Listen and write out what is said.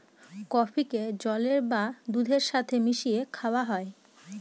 কফিকে জলের বা দুধের সাথে মিশিয়ে খাওয়া হয়